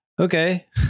Okay